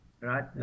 right